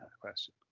question